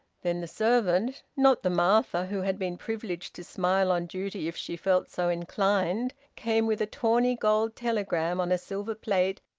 then the servant not the martha who had been privileged to smile on duty if she felt so inclined came with a tawny gold telegram on a silver plate,